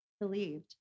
believed